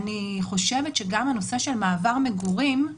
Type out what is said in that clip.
אני חושבת שגם הנושא של מעבר מגורים,